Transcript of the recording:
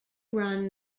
run